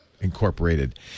Incorporated